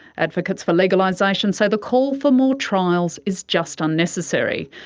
advocates for legalisation say the call for more trials is just unnecessary.